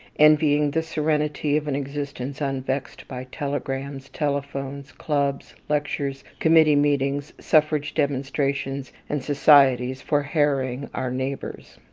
envying the serenity of an existence unvexed by telegrams, telephones, clubs, lectures, committee-meetings, suffrage demonstrations, and societies for harrying our neighbours.